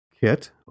kit